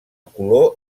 color